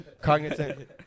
cognizant